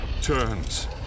turns